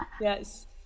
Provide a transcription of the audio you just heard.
yes